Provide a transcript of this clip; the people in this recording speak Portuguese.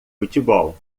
futebol